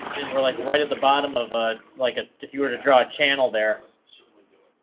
and we're like right at the bottom of a like ah if you were to draw a channel there. so oh,